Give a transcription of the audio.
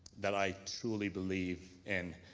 that i truly believe and